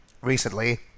recently